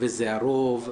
וזה הרוב,